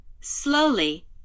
Slowly